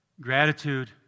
Gratitude